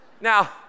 Now